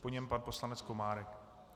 Po něm pan poslanec Komárek.